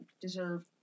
deserve